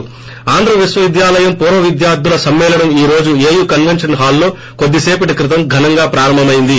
ప్ర ఆంధ్ర విశ్వవిద్యాలయం పూర్వవిద్యార్టుల సమ్మేళనం ఈ రోజు ఏయు కస్వెన్షన్ హాల్లో కొద్దీ సేపటి క్రితం ఘనంగా ప్రారంభమయింది